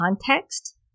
context